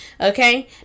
Okay